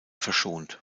verschont